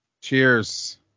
Cheers